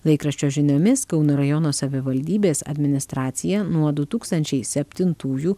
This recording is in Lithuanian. laikraščio žiniomis kauno rajono savivaldybės administracija nuo du tūkstančiai septintųjų